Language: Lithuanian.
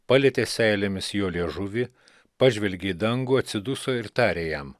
palietė seilėmis jo liežuvį pažvelgė į dangų atsiduso ir tarė jam